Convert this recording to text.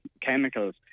chemicals